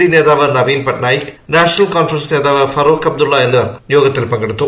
D നേതാവ് Naveen Patnaik National Conference നേതാവ് ഫറൂഖ് അബ്ദുള്ള എന്നിവർ യോഗത്തിൽ പങ്കെടുത്തു